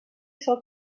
sol